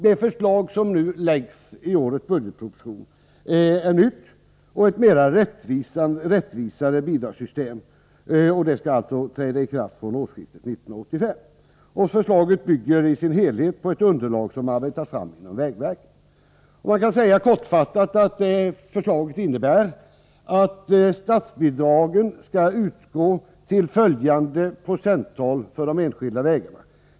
Det förslag som läggs fram i årets budgetproposition innebär ett nytt och mera rättvist bidragssystem. Det skall träda i kraft från årsskiftet 1984-1985. Förslaget bygger i sin helhet på ett underlag som arbetats fram inom vägverket. Man kan säga att förslaget innebär att statsbidragen skall utgå med följande procenttal för de enskilda vägarna.